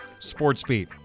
Sportsbeat